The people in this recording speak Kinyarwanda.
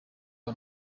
uwo